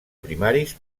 primaris